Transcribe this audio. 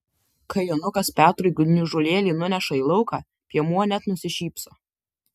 kai jonukas petrui gniužulėlį nuneša į lauką piemuo net nusišypso